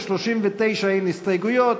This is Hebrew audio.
ל-39 אין הסתייגויות.